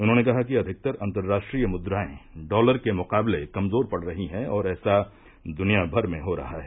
उन्होंने कहा कि अधिकतर अंतर्राष्ट्रीय मुद्रायें डॉलर के मुकाबले कमजोर पड़ रही हैं और ऐसा दुनिया भर में हो रहा है